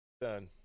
Done